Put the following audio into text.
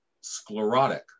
sclerotic